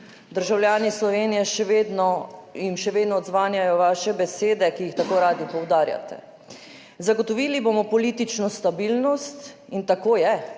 državljanom Slovenije še vedno odzvanjajo vaše besede, ki jih tako radi poudarjate. »Zagotovili bomo politično stabilnost. In tako je,«